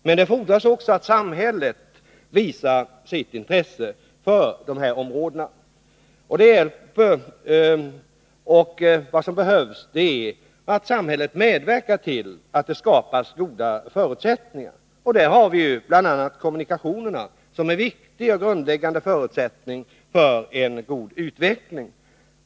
Men det fordras också att samhället visar sitt intresse för dessa områden. Vad som behövs är att samhället medverkar till att det skapas goda förutsättningar. Kommunikationerna är en viktig och grundläggande förutsättning för en god utveckling.